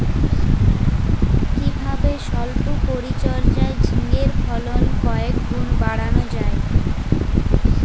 কিভাবে সল্প পরিচর্যায় ঝিঙ্গের ফলন কয়েক গুণ বাড়ানো যায়?